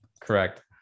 correct